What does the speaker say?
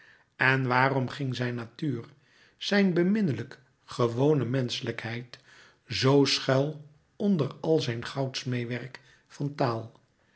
en waarom ging zijn natuur zijn beminnelijk gewone menschelijkheid zoo schuil onder al zijn goudsmeêwerk van taal